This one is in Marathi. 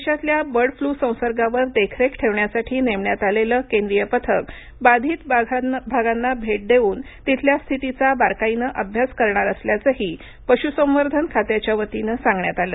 देशातल्या बर्ड फ्लू संसर्गावर देखरेख ठेवण्यासाठी नेमण्यात आलेलं केंद्रीय पथक बाधित भागांना भेट देऊन तिथल्या स्थितीचा बारकाईनं अभ्यास करणार असल्याचंही पशूसंवर्धन खात्याच्या वतीनं सांगण्यात आलं